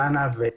נכון,